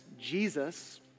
Jesus